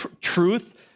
truth